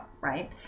right